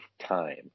time